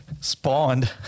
spawned